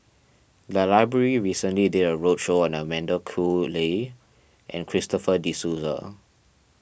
the library recently did a roadshow on Amanda Koe Lee and Christopher De Souza